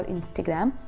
Instagram